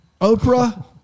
Oprah